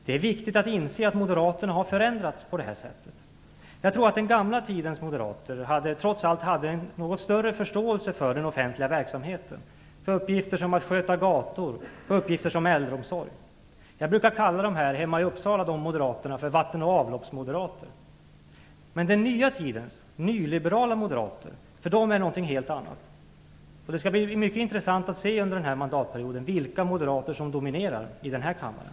Det är viktigt att inse att moderaterna har förändrats. Jag tror att den gamla tidens moderater, trots allt, hade en något större förståelse för den offentliga verksamheten, för äldreomsorgen och för uppgifter som att sköta gator. Den gamla tidens moderater som finns hemma i Uppsala brukar jag kalla för vatten och avloppsmoderater. Men den nya tidens nyliberala moderater är någonting helt annat. Under den här mandatperioden skall det bli mycket intressant att se vilken sorts moderater som dominerar i denna kammare.